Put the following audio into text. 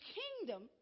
kingdom